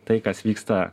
tai kas vyksta